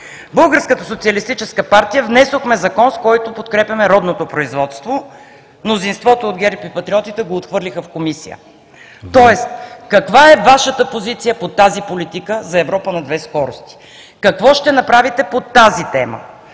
Българската социалистическа партия внесохме закон, с който подкрепяме родното производство, мнозинството от ГЕРБ и патриотите го отхвърлиха в комисия. Тоест, каква е Вашата позиция по тази политика за „Европа на две скорости“? Какво ще направите по тази тема